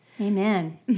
Amen